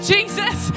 Jesus